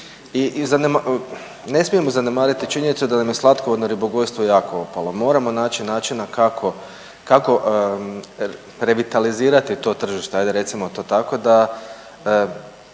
I ne smijemo zanemariti činjenicu da nam je slatkovodno ribogojstvo jako opalo. Moramo naći načina kako revitalizirati to tržište hajde recimo to tako da